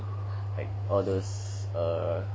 all those err